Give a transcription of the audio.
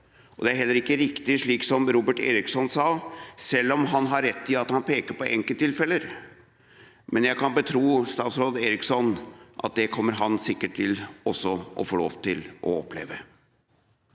Det er heller ikke riktig, det som Robert Eriksson sa – selv om han har rett i at han peker på enkelttilfeller – men jeg kan betro statsråd Eriksson at det kommer han sikkert til også å få lov til å oppleve.